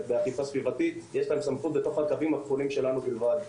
לאכיפה סביבתית יש להם סמכות בתוך הקווים הכחולים שלנו בלבד.